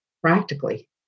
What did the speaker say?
practically